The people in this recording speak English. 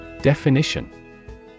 Definition